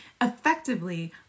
effectively